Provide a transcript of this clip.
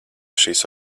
šīs